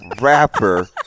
rapper